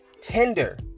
tender